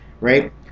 right